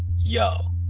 yo,